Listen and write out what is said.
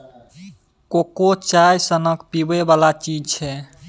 cocoa चाइए सनक पीबै बला चीज छै